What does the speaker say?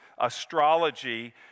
astrology